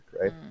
Right